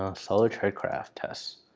um solitary craft test.